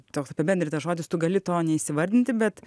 toks apibendrintas žodis tu gali to neįsivardinti bet